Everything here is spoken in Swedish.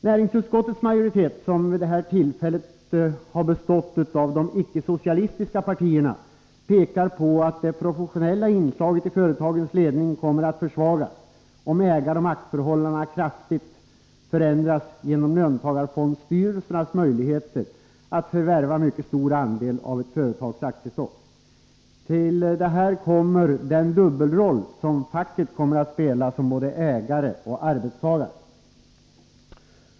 Näringsutskottets majoritet, som vid det här tillfället består av de borgerliga partierna, pekar på att det professionella inslaget i företagens ledning kommer att försvagas om ägaroch maktförhållandena kraftigt förändras genom löntagarfondsstyrelsernas möjligheter att förvärva mycket stor andel av ett företags aktiestock. Till detta kommer den dubbelroll som facket kommer att spela, som både ägare och arbetstagare.